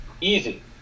Easy